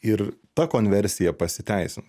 ir ta konversija pasiteisins